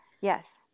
Yes